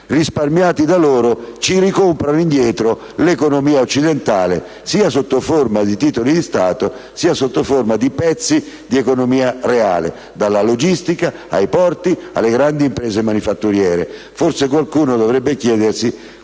risparmiati da loro ci ricomprano indietro l'economia occidentale, sia sotto forma di titoli di Stato sia sotto forma di pezzi di economia reale, dalla logistica, ai porti, alle grandi imprese manifatturiere. Forse qualcuno dovrebbe chiedersi